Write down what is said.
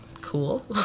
cool